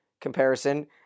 comparison